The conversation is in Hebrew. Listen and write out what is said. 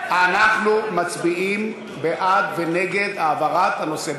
אנחנו מצביעים בעד ונגד העברת הנושא.